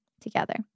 together